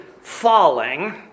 falling